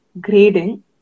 grading